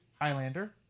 Highlander